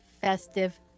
festive